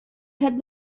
had